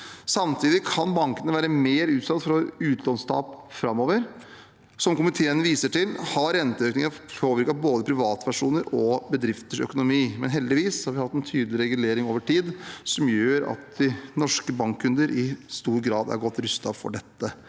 Samtidig kan bankene være mer utsatt for utlånstap framover. Som komiteen viser til, har renteøkningene påvirket både privatpersoner og bedrifters økonomi, men heldigvis har vi hatt en tydelig regulering over tid som gjør at norske bankkunder i stor grad er godt rustet for dette.